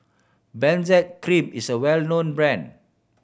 Benzac Cream is a well known brand